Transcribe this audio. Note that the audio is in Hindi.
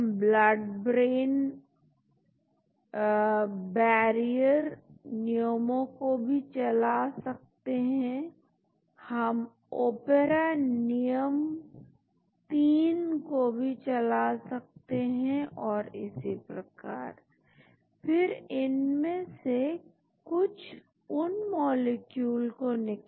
हम ब्लड बैरियर नियमों को भी चला सकते हैं हम ओपेरा नियम 3 को भी चला सकते हैं और इसी प्रकार फिर इनमें से कुछ उन मॉलिक्यूल को निकालेंगे जिनके पास एक्सेप्टेबल नंबर है